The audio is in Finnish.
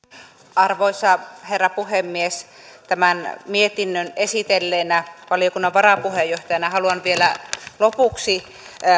arvoisa herra puhemies tämän mietinnön esitelleenä valiokunnan varapuheenjohtajana haluan vielä lopuksi